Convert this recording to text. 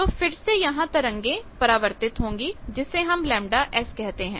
तो फिर से यहां तरंगे परावर्तित होंगी जिसे हम ΓS कहते हैं